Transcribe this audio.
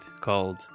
called